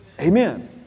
Amen